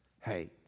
hey